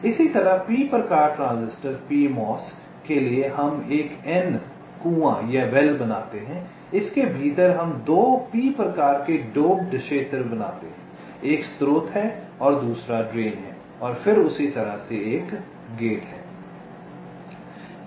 इसी तरह P प्रकार ट्रांजिस्टर पीएमओएस के लिए हम एक N कुआं बनाते हैं इसके भीतर हम 2 P प्रकार के डोपड क्षेत्र बनाते हैं एक स्रोत है दूसरा ड्रेन है और फिर उसी तरह से एक गेट है